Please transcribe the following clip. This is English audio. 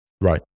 right